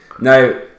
Now